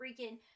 freaking